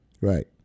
Right